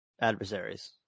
adversaries